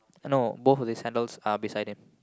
no both of his handles are beside him